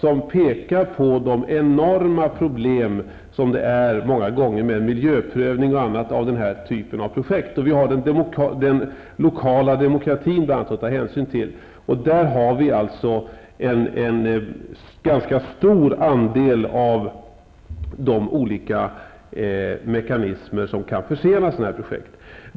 De pekade på de enorma problem som många gånger uppstår med bl.a. miljöprövning i sådana här projekt. Vi måste t.ex. ta hänsyn till den lokala demokratin. Där finns alltså en ganska stor andel av de olika mekanismer som kan försena projekt.